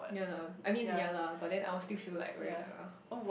yea lah I mean yea lah but then I will still feel like very like ugh